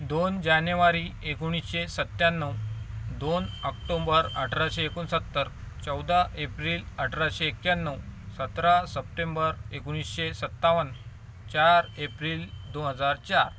दोन जानेवारी एकोणिसशे सत्त्याण्णव दोन ऑक्टोबर अठराशे एकोणसत्तर चौदा एप्रिल अठराशे एक्याण्णव सतरा सप्टेंबर एकोणिसशे सत्तावन चार एप्रिल दोन हजार चार